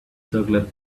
circular